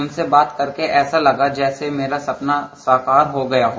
उनसे बात करके ऐसा लगा जैसे मेरा सपना साकार हो गया हो